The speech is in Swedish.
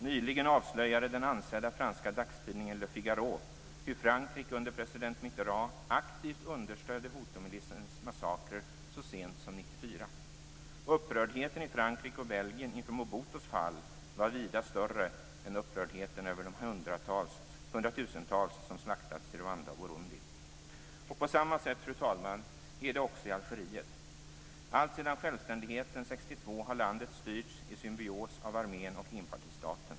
Nyligen avslöjade den ansedda franska dagstidningen Le Figaro hur Frankrike under president Mitterand aktivt understödde hutumilisens massakrer så sent som 1994. Upprördheten i Frankrike och Belgien inför Mobutus fall var vida större än upprördheten över de hundratusentals som slaktats i Rwanda och Och på samma sätt, fru talman, är det också i Algeriet. Alltsedan självständigheten 1962 har landet styrts i symbios mellan armén och enpartistaten.